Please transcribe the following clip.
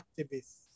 activist